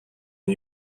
new